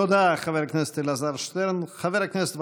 תודה, חבר הכנסת אלעזר שטרן.